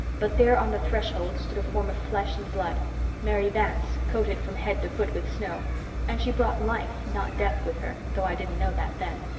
but there on the threshold stood a form of flesh and blood mary vance, coated from head to foot with snow and she brought life, not death, with her, though i didn't know that then.